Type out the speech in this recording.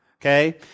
Okay